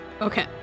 Okay